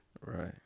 Right